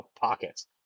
pockets